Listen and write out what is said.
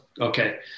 Okay